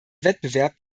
wettbewerb